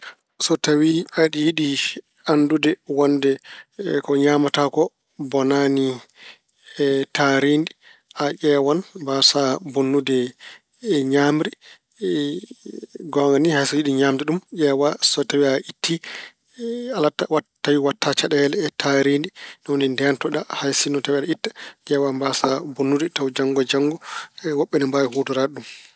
So tawi aɗa yiɗi anndude wonde ko ñaamata ko bonaani e taariindi, a ƴeewan mbasaa bonnude ñaamri. Goonga ni, hay hay so aɗa ñaamde ɗum, so tawi a ittii tawi waɗta caɗeele e taariindi. Ɗum woni ndeentoɗa. Hay sinno tawi aɗa itta, ƴeewa mbasaa bonnude, janngo e janngo woɓɓe ina mbaawi huutoraade ɗum.